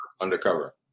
undercover